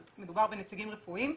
אז מדובר בנציגים רפואיים,